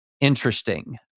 interesting